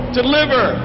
deliver